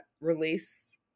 release